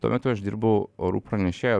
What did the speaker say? tuo metu aš dirbau orų pranešėju